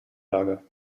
lager